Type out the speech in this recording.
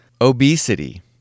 obesity